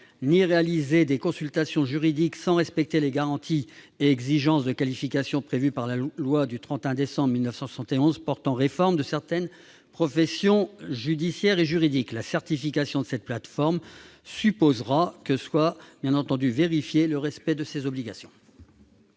ni réaliser des consultations juridiques sans respecter les garanties et exigences de qualification prévues par la loi du 31 décembre 1971 portant réforme de certaines professions judiciaires et juridiques. La certification de ces plateformes supposera une vérification du respect de ces obligations.